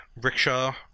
Rickshaw